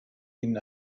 ihnen